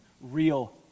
Real